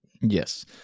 Yes